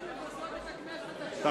גמרתם לבזות את הכנסת, עכשיו בעלי-החיים?